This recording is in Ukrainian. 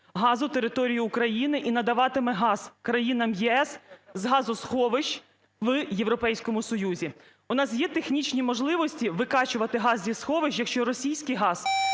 газу територією України, і надаватиме газ країнам ЄС з газосховищ в Європейському Союзі? У нас є технічні можливості викачувати газ зі сховищ, якщо російський газ